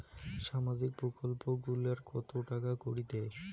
সামাজিক প্রকল্প গুলাট কত টাকা করি দেয়?